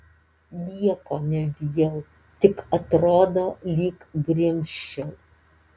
nieko nebijau tik atrodo lyg grimzčiau